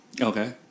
Okay